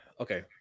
okay